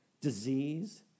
disease